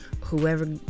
whoever